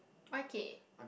why K